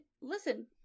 listen